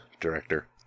director